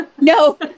no